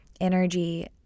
energy